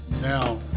Now